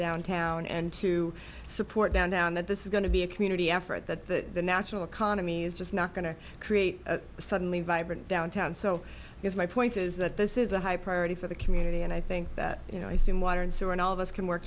downtown and to support downtown that this is going to be a community effort that the national economy is just not going to create suddenly vibrant downtown so is my point is that this is a high priority for the community and i think that you know i seen water and sewer and all of us can work